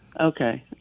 Okay